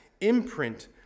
imprint